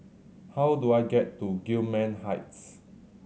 how do I get to Gillman Heights